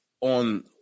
on